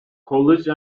college